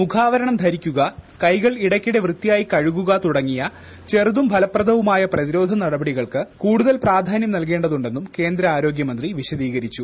മുഖാവരണം ധരിക്കുക കൈകൾ ഇടയ്ക്കിടെ വൃത്തിയായി കഴുകുക തുടങ്ങിയ ചെറുതും ഫലപ്രദവുമായ പ്രതിരോധ നടപടികൾക്ക് കൂടുതൽ പ്രാധാന്യം നൽകേണ്ടതുണ്ടെന്നും കേന്ദ്ര ആരോഗ്യമന്ത്രി വിശദീകരിച്ചു